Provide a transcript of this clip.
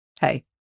Hey